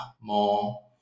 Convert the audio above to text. more